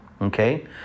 Okay